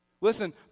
Listen